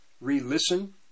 re-listen